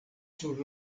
sur